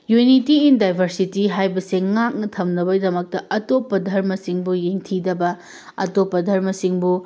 unity in diversity ꯍꯥꯏꯕꯁꯦ ꯉꯥꯛꯅ ꯊꯝꯅꯕꯒꯤꯗꯃꯛꯇꯥ ꯑꯇꯣꯞꯄ ꯙꯔꯃꯁꯤꯡꯕꯨ ꯌꯦꯡꯊꯤꯗꯕ ꯑꯇꯣꯞꯄ ꯙꯔꯃꯁꯤꯡꯕꯨ